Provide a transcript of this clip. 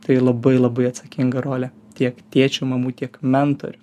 tai labai labai atsakinga rolė tiek tėčių mamų tiek mentorių